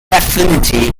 affinity